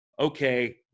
okay